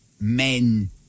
men